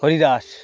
Haridas